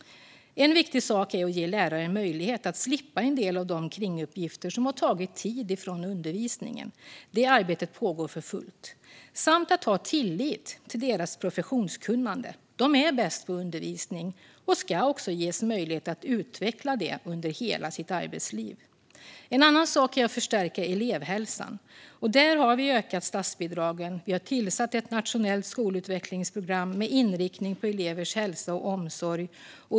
En viktig sak är att ge lärare möjlighet att slippa en del av de kringuppgifter som har tagit tid från undervisningen - det arbetet pågår för fullt - samt att ha tillit till deras professionskunnande. De är bäst på undervisning och ska också ges möjlighet att utveckla det under hela sitt arbetsliv. En annan sak är att förstärka elevhälsan. Där har vi ökat statsbidragen. Vi har tillsatt ett nationellt skolutvecklingsprogram med inriktning på elevers hälsa och omsorg.